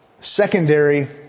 secondary